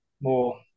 more